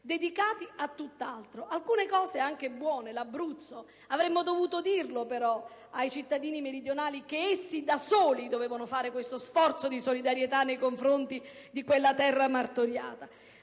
iniziative meritevoli, come ad esempio l'Abruzzo. Avremmo dovuto dirlo, però, ai cittadini meridionali che essi da soli dovevano compiere questo sforzo di solidarietà nei confronti di quella terra martoriata.